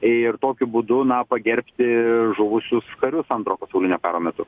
ir tokiu būdu na pagerbti žuvusius karius antro pasaulinio karo metu